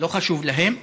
ולא חשוב להם.